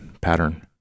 pattern